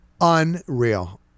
Unreal